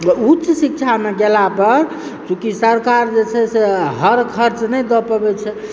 उच्च शिक्षामे गेला पर चूँकि सरकार जे छै से हर खर्च नहि दए पबैत छै